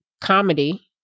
comedy